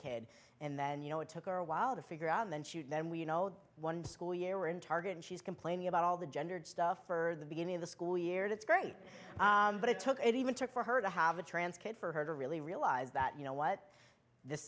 kid and then you know it took her a while to figure out and then she would then we you know one school year in target and she's complaining about all the gendered stuff for the beginning of the school year that's great but i took it even took for her to have a trans kid for her to really realize that you know what this